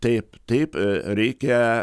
taip taip reikia